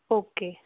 okay